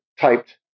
typed